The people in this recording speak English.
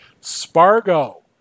Spargo